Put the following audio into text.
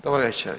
Dobra večer.